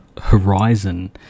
horizon